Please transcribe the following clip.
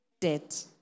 debt